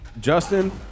Justin